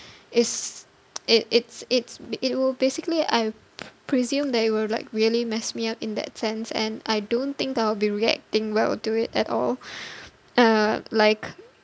is it it's it's it will basically I pr~ presume that it will like really mess me up in that sense and I don't think I'll be reacting well to it at all uh like